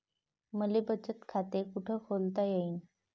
मले बचत खाते कुठ खोलता येईन?